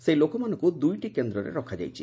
ସେହି ଲୋକମାନଙ୍କୁ ଦୁଇଟି କେନ୍ଦ୍ରରେ ରଖାଯାଇଛି